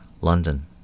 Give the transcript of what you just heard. London